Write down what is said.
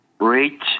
rate